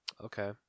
Okay